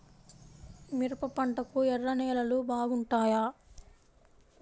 మిరప పంటకు ఎర్ర నేలలు బాగుంటాయా?